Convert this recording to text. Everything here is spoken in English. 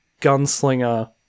gunslinger